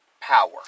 power